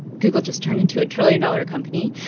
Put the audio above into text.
google just turned into a trillion-dollar company.